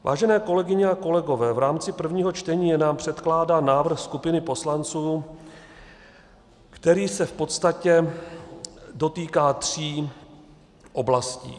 Vážené kolegyně a kolegové, v rámci prvního čtení je nám předkládán návrh skupiny poslanců, který se v podstatě dotýká tří oblasti.